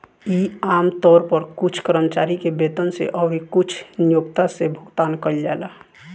इ आमतौर पर कुछ कर्मचारी के वेतन से अउरी कुछ नियोक्ता से भुगतान कइल जाला